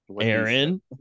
Aaron